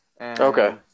Okay